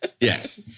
Yes